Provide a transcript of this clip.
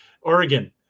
Oregon